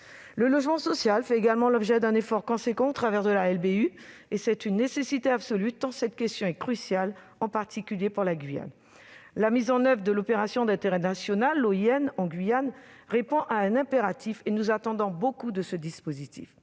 Le logement social fait également l'objet d'un effort important, au travers de la LBU. C'est une nécessité absolue, tant cette question est cruciale, en particulier pour la Guyane. La mise en oeuvre de l'opération d'intérêt national en Guyane répond à un impératif. Nous attendons beaucoup de ce dispositif.